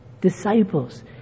disciples